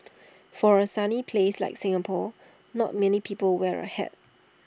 for A sunny place like Singapore not many people wear A hat